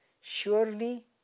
Surely